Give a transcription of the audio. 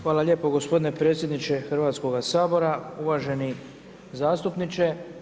Hvala lijepo gospodine predsjedniče Hrvatskoga sabora, uvaženi zastupniče.